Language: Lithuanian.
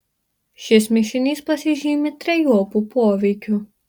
šis mišinys pasižymi trejopu poveikiu